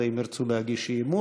אלא אם כן ירצו להגיש אי-אמון,